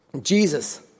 Jesus